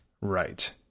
Right